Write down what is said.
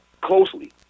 closely